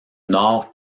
nord